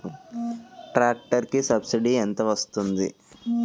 Tractor కి subsidy ఎంత వస్తుంది?